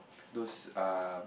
those um